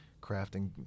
crafting